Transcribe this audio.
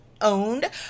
Owned